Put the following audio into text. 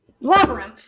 labyrinth